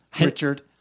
Richard